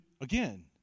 again